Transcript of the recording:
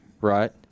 Right